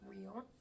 real